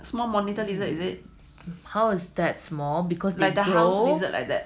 the small monitor lizard is it like the house lizard like that